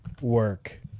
work